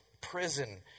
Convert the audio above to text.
prison